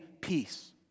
peace